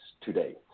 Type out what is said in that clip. today